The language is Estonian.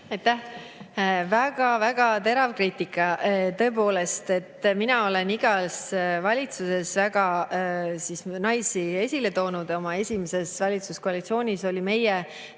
Aitäh! Väga-väga terav kriitika. Tõepoolest, mina olen igas valitsuses naisi väga esile toonud. Minu esimeses valitsuskoalitsioonis oli meie